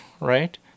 right